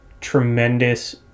tremendous